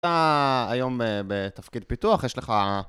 אתה היום בתפקיד פיתוח, יש לך...